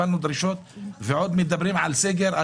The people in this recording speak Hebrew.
ועוד מדברים על סגר.